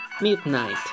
Midnight